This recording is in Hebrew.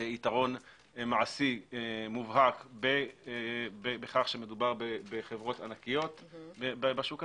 יתרון מעסיק מובהק בכך שמדובר בחברות ענקיות בשוק הזה,